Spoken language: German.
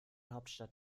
hauptstadt